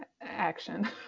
action